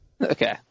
Okay